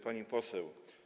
Pani Poseł!